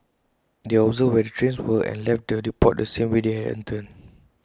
they observed where the trains were and left the depot the same way they had entered